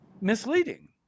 misleading